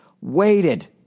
waited